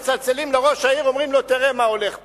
מצלצלים לראש העיר אומרים לו: תראה מה הולך פה.